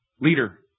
leader